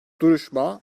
duruşma